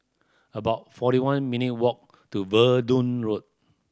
about forty one minute walk to Verdun Road